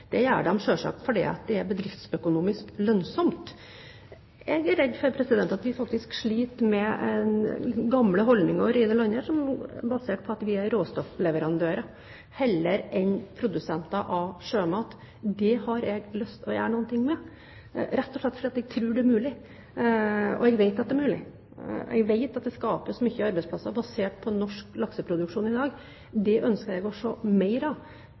Det gjør de selvsagt fordi det er bedriftsøkonomisk lønnsomt. Jeg er redd for at vi faktisk sliter med gamle holdninger over hele landet som er basert på at vi er råstoffleverandører heller enn produsenter av sjømat. Det har jeg lyst til å gjøre noe med – rett og slett fordi jeg tror det er mulig. Og jeg vet at det er mulig. Jeg vet at det skapes mange arbeidsplasser basert på norsk lakseproduksjon i dag. Det ønsker jeg å se mer av.